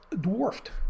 dwarfed